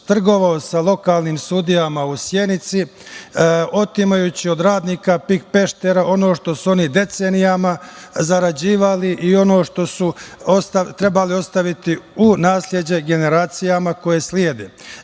sa lokalnim sudijama u Sjenici, otimajući od radnika „PIK Pešter“ ono što su oni decenijama zarađivali i ono što su trebali ostaviti u nasleđe generacijama koje slede. Zato